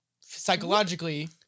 psychologically